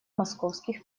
московских